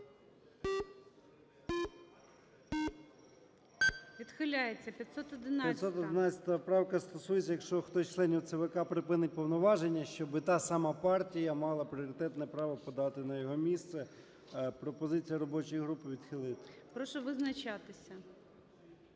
ЧЕРНЕНКО О.М. 511-а правка стосується, якщо хтось з членів ЦВК припинить повноваження, щоби та сама партія мала пріоритетне право подати на його місце. Пропозиція